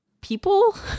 people